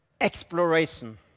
Exploration